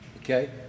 Okay